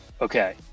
okay